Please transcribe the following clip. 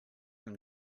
him